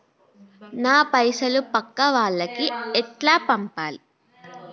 నా పైసలు పక్కా వాళ్లకి ఎట్లా పంపాలి?